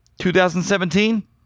2017